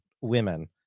women